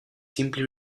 simply